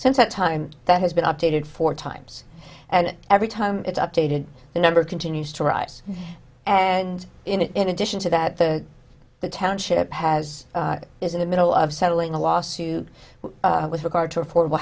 since that time that has been updated four times and every time it's updated the number continues to rise and in addition to that the township has is in the middle of settling a lawsuit with regard to affordable